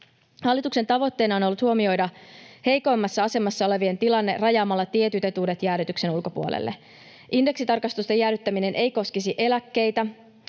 Hallituksen tavoitteena on ollut huomioida heikoimmassa asemassa olevien tilanne rajaamalla tietyt etuudet jäädytyksen ulkopuolelle. Indeksitarkistusten jäädyttäminen ei koskisi eläkkeitä